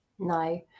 No